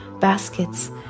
baskets